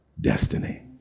destiny